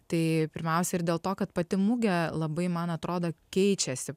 tai pirmiausia ir dėl to kad pati mugė labai man atrodo keičiasi